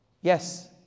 Yes